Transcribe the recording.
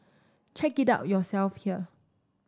check it out yourself here